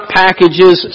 packages